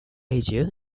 asia